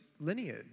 lineage